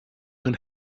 can